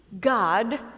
God